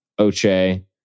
Oche